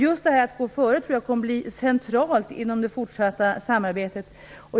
Just möjligheten att gå före tror jag kommer att bli central i det fortsatta samarbetet.